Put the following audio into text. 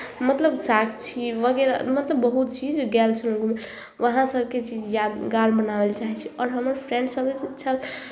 मतलब साक्ची वगैरह मतलब बहुत चीज गएल छलहुँ घूमय लए वहाँ सभके चीज यादगार बनाबय लए चाहै छी आओर हमर फ्रेंडसभ जे छल